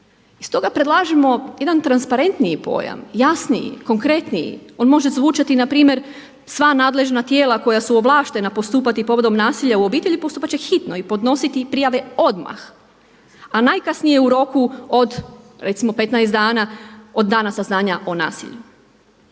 i stoga predlažemo jedan transparentniji pojam, jasniji, konkretniji, on može zvučati npr. sva nadležan tijela koja su ovlaštena postupati povodom nasilja u obitelji postupat će hitno i podnositi prijave odmah, a najkasnije u roku od recimo 15 dana od dana saznanja o nasilju.